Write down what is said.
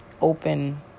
open